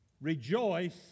Rejoice